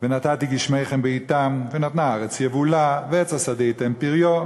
"ונתתי גשמיכם בעתם ונתנה הארץ יבולה ועץ השדה יתן פריו,